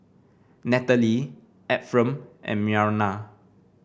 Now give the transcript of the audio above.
Nathalie Ephram and Myrna